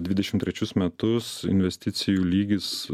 videšimt trečius metus investicijų lygis